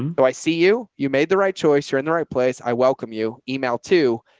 um but i see you. you made the right choice. you're in the right place. i welcome you email to,